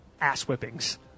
ass-whippings